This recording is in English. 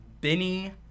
Benny